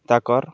ତାକର୍